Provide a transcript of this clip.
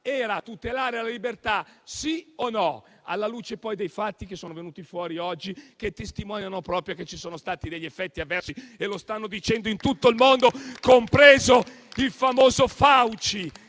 era tutelare la libertà, sì o no? Lo era, anche alla luce dei fatti che sono venuti fuori oggi, che testimoniano proprio che ci sono stati effetti avversi e lo stanno dicendo in tutto il mondo, compreso il famoso Fauci,